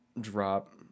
drop